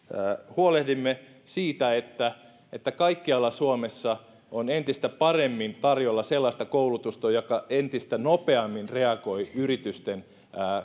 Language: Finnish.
huolehdimme siitä että että kaikkialla suomessa on entistä paremmin tarjolla sellaista koulutusta joka entistä nopeammin reagoi yritysten